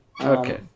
Okay